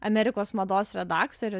amerikos mados redaktorė